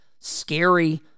scary